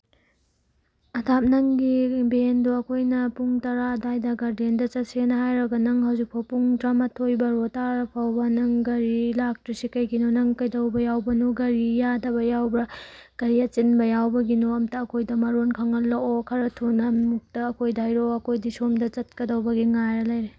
ꯑꯗꯥꯞ ꯅꯪꯒꯤ ꯚꯦꯟꯗꯣ ꯑꯩꯈꯣꯏꯅ ꯄꯨꯡ ꯇꯔꯥ ꯑꯗꯥꯏꯗ ꯒꯥꯔꯗꯦꯟꯗ ꯆꯠꯁꯦꯅ ꯍꯥꯏꯔꯒ ꯅꯪ ꯍꯧꯖꯤꯛ ꯐꯥꯎꯕ ꯄꯨꯡ ꯇꯔꯥ ꯃꯥꯊꯣꯏ ꯕꯥꯔꯣ ꯇꯥꯔꯐꯥꯎꯕ ꯅꯪ ꯒꯥꯔꯤ ꯂꯥꯛꯇ꯭ꯔꯤꯁꯦ ꯀꯔꯤꯒꯤꯅꯣ ꯅꯪ ꯀꯩꯗꯧꯕ ꯌꯥꯎꯕꯅꯣ ꯒꯥꯔꯤ ꯌꯥꯗꯕ ꯌꯥꯎꯕ꯭ꯔꯥ ꯀꯔꯤ ꯑꯆꯤꯟꯕ ꯌꯥꯎꯕꯒꯤꯅꯣ ꯑꯃꯨꯛꯇ ꯑꯩꯈꯣꯏꯗ ꯃꯔꯣꯜ ꯈꯪꯍꯜꯂꯛꯑꯣ ꯈꯔ ꯊꯨꯅ ꯑꯃꯨꯛꯇ ꯑꯩꯈꯣꯏꯗ ꯍꯥꯏꯔꯛꯑꯣ ꯑꯩꯈꯣꯏꯗꯤ ꯁꯣꯝꯗ ꯆꯠꯀꯗꯧꯕꯒꯤ ꯉꯥꯏꯔ ꯂꯩꯔꯦ